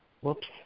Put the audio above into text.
Whoops